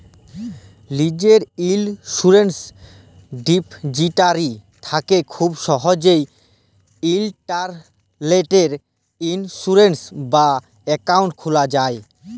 লীজের insurance depository থ্যাকে খুব সহজেই ইলটারলেটে ইলসুরেলস বা একাউল্ট খুলা যায়